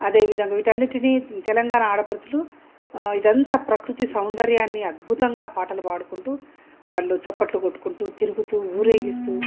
అదే విధంగా వీటిన్నిటిని తెలంగాణ ఆడపడుచులు ఇదంతా ప్రకృతి సౌందర్యాన్ని అద్భుతంగా పాటలు పాడుకుంటూ వాళ్ళు చప్పట్లు కొట్టుకుంటూ తిరుగుతూ ఊరేగిస్తూ